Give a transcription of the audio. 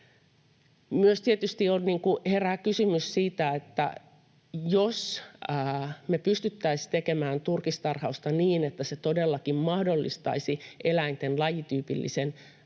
myös herää kysymys siitä, että jos me pystyttäisiin tekemään turkistarhausta niin, että se todellakin mahdollistaisi eläinten lajityypillisen